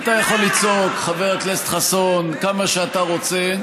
אתה יכול לצעוק, חבר הכנסת חסון, כמה שאתה רוצה.